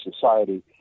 society